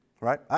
Right